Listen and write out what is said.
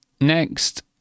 next